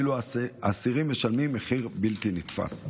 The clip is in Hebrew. ואילו האסירים משלמים מחיר בלתי נתפס.